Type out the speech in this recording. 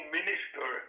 minister